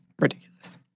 ridiculous